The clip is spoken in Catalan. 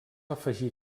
afegir